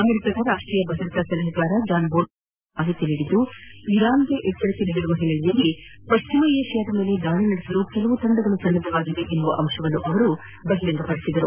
ಅಮೆರಿಕಾದ ರಾಷ್ಟ್ರೀಯ ಭದ್ರತಾ ಸಲಹೆಗಾರ ಜಾನ್ಬೊಲ್ಪನ್ ಅವರು ಈ ಕುರಿತಂತೆ ಮಾಹಿತಿ ನೀದಿ ಇರಾನ್ಗೆ ಎಚ್ಚರಿಕೆ ನೀದಿರುವ ಹಿನ್ನೆಲೆಯಲ್ಲಿ ಪಶ್ಚಿಮ ಏಷ್ಯಾದ ಮೇಲೆ ದಾಳಿ ನಡೆಸಲು ಕೆಲವು ತಂಡಗಳು ಸನ್ನದ್ದಾಗಿವೆ ಎಂಬ ಅಂಶವನ್ನು ಅವರು ಬಹಿರಂಗಪಡಿಸಿದರು